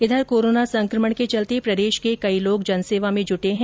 इधर कोरोना संक्रमण के चलते प्रदेश के कई लोग जनसेवा में जुटे है